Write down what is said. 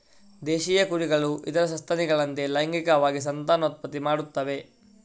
ದೇಶೀಯ ಕುರಿಗಳು ಇತರ ಸಸ್ತನಿಗಳಂತೆ ಲೈಂಗಿಕವಾಗಿ ಸಂತಾನೋತ್ಪತ್ತಿ ಮಾಡುತ್ತವೆ